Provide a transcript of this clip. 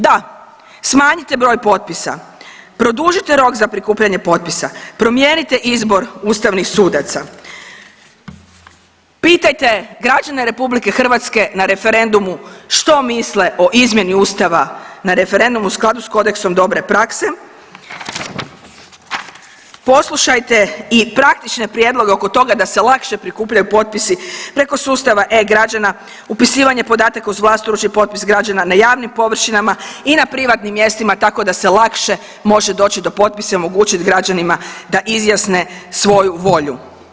Da, smanjite broj potpisa, produžite rok za prikupljanje potpisa, promijenite izbor ustavnih sudaca, pitajte građane RH na referendumu što misle o izmjeni Ustava na referendumu u skladu s kodeksom dobre prakse, poslušajte i praktične prijedloge oko toga da se lakše prikupljaju potpisi preko sustava e-građana, upisivanje podataka uz vlastoručni potpis građana na javnim površinama i na privatnim mjestima tako da se lakše može doći do potpisa i omogućit građanima da izjasne svoju volju.